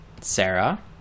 Sarah